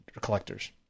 collectors